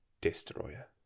Destroyer